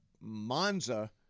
monza